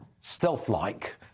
stealth-like